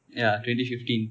ya twenty fifteen